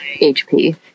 HP